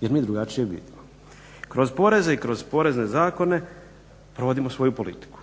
jer mi drugačije vidimo. Kroz poreze i kroz porezne zakone provodimo svoju politiku,